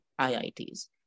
IITs